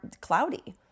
cloudy